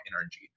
energy